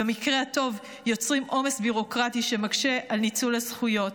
ובמקרה הטוב יוצרים עומס ביורוקרטי שמקשה על ניצול הזכויות,